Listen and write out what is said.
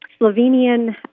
Slovenian